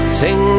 sing